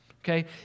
Okay